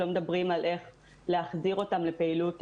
לא מדברים על איך להחזיר אותם לפעילות